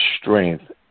strength